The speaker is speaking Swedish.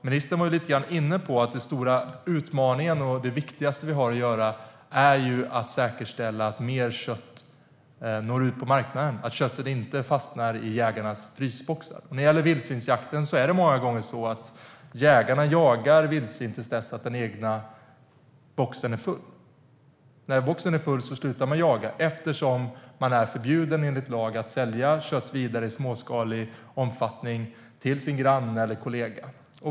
Ministern var inne på att den stora utmaningen och det viktigaste vi har att göra är att säkerställa att mer kött når ut på marknaden och att köttet inte fastnar i jägarnas frysboxar. Många gånger jagar jägarna vildsvin tills den egna boxen är full. När boxen är full slutar de jaga eftersom de enligt lag är förbjudna att sälja kött vidare i småskalig omfattning till sin granne eller kollega.